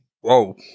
Whoa